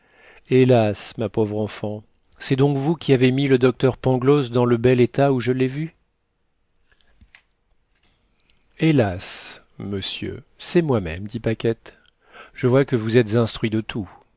hélas ma pauvre enfant c'est donc vous qui avez mis le docteur pangloss dans le bel état où je l'ai vu hélas monsieur c'est moi-même dit paquette je vois que vous êtes instruit de tout